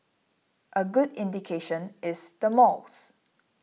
a good indication is the malls